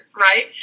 right